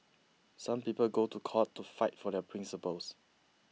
some people go to court to fight for their principles